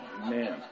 man